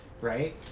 Right